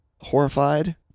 horrified